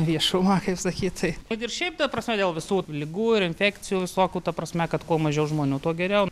viešumą kaip sakyt tai kad ir šiaip ta prasme dėl visų ligų ir infekcijų visokių ta prasme kad kuo mažiau žmonių tuo geriau